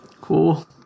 Cool